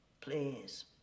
please